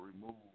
remove